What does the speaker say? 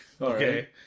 okay